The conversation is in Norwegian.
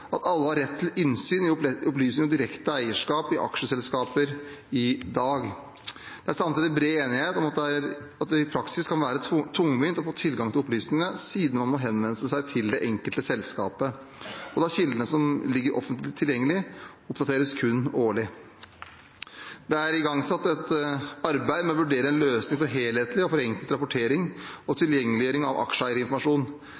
at alle har rett til innsyn i opplysninger om direkte eierskap i aksjeselskaper i dag. Det er samtidig bred enighet om at det i praksis kan være tungvint å få tilgang til opplysningene siden man må henvende seg til det enkelte selskapet. Kildene som ligger offentlig tilgjengelige, oppdateres kun årlig. Det er igangsatt et arbeid med å vurdere en løsning for helhetlig og forenklet rapportering og